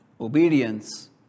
Obedience